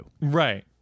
right